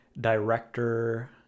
Director